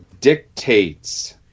Dictates